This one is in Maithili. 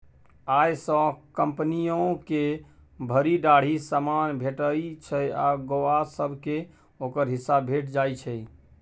अय सँ कंपनियो के भरि ढाकी समान भेटइ छै आ गौंआ सब केँ ओकर हिस्सा भेंट जाइ छै